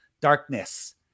darkness